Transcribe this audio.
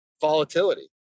volatility